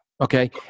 Okay